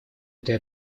этой